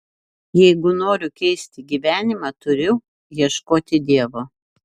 jeigu noriu keisti gyvenimą turiu ieškoti dievo